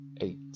eight